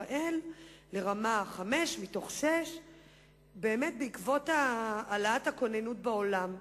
בישראל לרמה 5 מתוך 6 בעקבות העלאת רמת הכוננות בעולם.